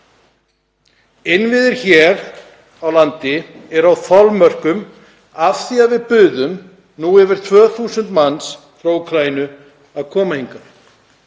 Innviðir hér á landi eru komnir að þolmörkum af því að við buðum yfir 2.000 manns frá Úkraínu að koma hingað.